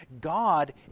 God